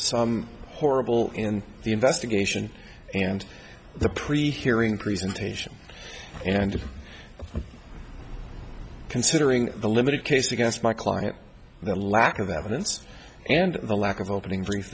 some horrible in the investigation and the pre hearing presentation and considering the limited case against my client the lack of evidence and the lack of opening bri